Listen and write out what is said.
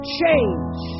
change